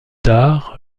tard